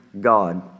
God